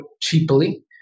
cheaply